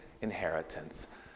inheritance